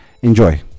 enjoy